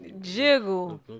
Jiggle